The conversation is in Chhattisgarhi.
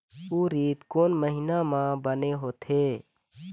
उरीद कोन महीना म बने होथे?